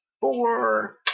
Four